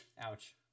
Ouch